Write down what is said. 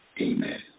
Amen